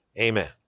amen